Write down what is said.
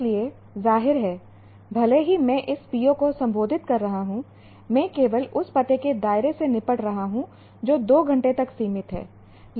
इसलिए जाहिर है भले ही मैं इस PO को संबोधित कर रहा हूं मैं केवल उस पते के दायरे से निपट रहा हूं जो 2 घंटे तक सीमित है